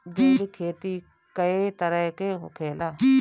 जैविक खेती कए तरह के होखेला?